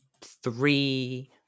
three